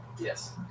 Yes